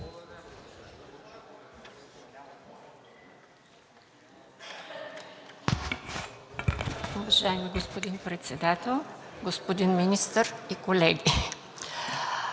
Уважаеми господин Председател, господин Министър и колеги!